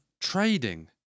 trading